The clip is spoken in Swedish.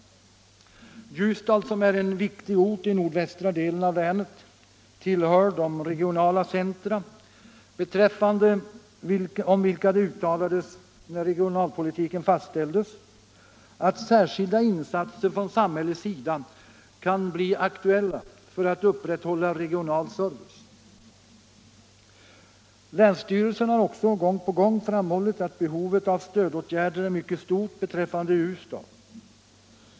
Ljusdal, som är en viktig ort i nordvästra delen av länet, tillhör de regionala centra om vilka det uttalades, när regionalpolitiken fastställdes, att särskilda insatser från samhällets sida kan bli aktuella för att upprätthålla regional service. Länsstyrelsen har också gång på gång framhållit att behovet av stödåtgärder är mycket stort beträffande Ljusdal.